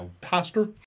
pastor